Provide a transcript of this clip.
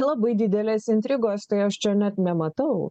labai didelės intrigos tai aš čia net nematau